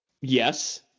Yes